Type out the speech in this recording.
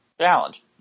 challenge